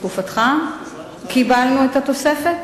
בתקופתך קיבלנו את התוספת?